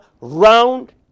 Round